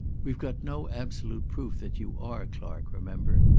we've got no absolute proof that you are clark, remember.